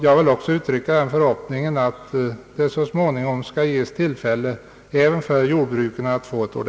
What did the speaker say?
Jag vill uttrycka den förhoppningen att även jordbruket skall ges tillfälle att få ett ordentligt stöd. Jag yrkar bifall till utskottets hemställan.